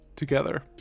together